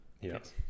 Yes